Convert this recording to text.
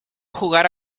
jugar